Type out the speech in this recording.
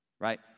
right